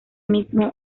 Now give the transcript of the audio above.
mismo